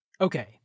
Okay